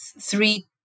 three